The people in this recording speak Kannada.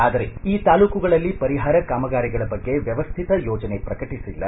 ಆದರೆ ಈ ತಾಲೂಕುಗಳಲ್ಲಿ ಪರಿಹಾರ ಕಾಮಗಾರಿಗಳ ಬಗ್ಗೆ ವ್ಯವಸ್ಥಿತ ಯೋಜನೆ ಪ್ರಕಟಿಸಲ್ಲ